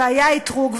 והיה אתרוג,